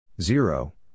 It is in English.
Zero